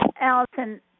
Allison